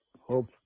Hope